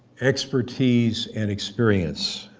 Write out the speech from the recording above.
expertise and experience,